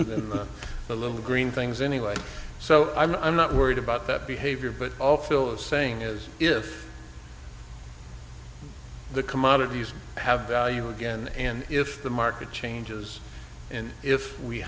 it in the little green things anyway so i'm not worried about that behavior but oh phil is saying is if the commodities have value again and if the market changes and if we